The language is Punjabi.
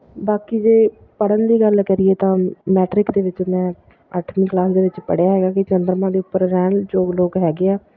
ਬਾਕੀ ਜੇ ਪੜ੍ਹਨ ਦੀ ਗੱਲ ਕਰੀਏ ਤਾਂ ਮੈਟਰਿਕ ਦੇ ਵਿੱਚ ਮੈਂ ਅੱਠਵੀਂ ਕਲਾਸ ਦੇ ਵਿੱਚ ਪੜ੍ਹਿਆ ਹੈਗਾ ਕਿ ਚੰਦਰਮਾ ਦੇ ਉੱਪਰ ਰਹਿਣ ਯੋਗ ਲੋਕ ਹੈਗੇ ਆ